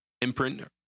imprint